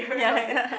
ya ya